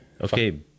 Okay